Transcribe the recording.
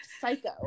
psycho